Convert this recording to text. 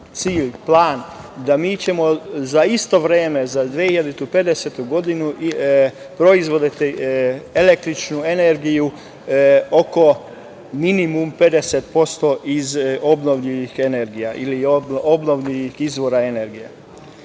plan da ćemo za isto vreme, za 2050. godinu, proizvoditi električnu energiju, minimum 50%, iz obnovljivih izvora energije. Moramo